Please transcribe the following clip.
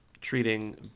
treating